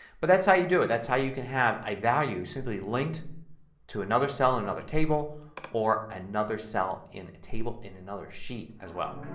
but that's how you do it. that's how you can have a value simply linked to another cell in another table or another cell in a table in another sheet as well.